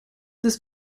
ist